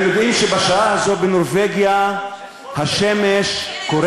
חבר הכנסת בהלול, רק הזמן,